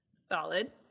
Solid